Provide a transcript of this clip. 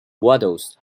waddles